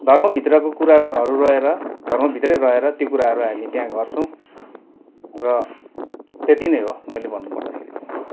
धर्मभित्रको कुराहरू रहेर धर्म भित्रै रहेर त्यो कुराहरू हामी त्यहाँ गर्छौँ र त्यति नै हो मैले भन्नुपर्दाखेरि चाहिँ